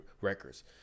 records